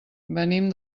venim